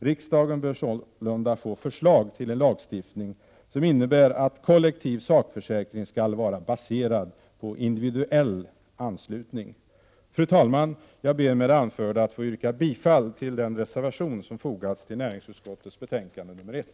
Riksdagen bör sålunda få förslag till en lagstiftning som innebär att kollektiv sakförsäkring skall vara baserad på individuell anslutning. Fru talman! Jag ber med det anförda att få yrka bifall till den reservation som fogats till näringsutskottets betänkande nr 1.